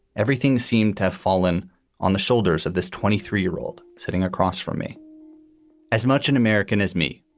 everything seemed to have fallen on the shoulders of this twenty three year old sitting across from me as much an american as me,